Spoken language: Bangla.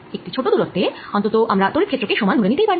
একটি ছোট দূরত্বে অন্তত আমরা তড়িৎ ক্ষেত্র কে সমান ধরে নিতেই পারি